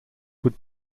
would